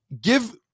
give